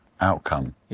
outcome